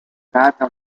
stata